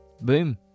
boom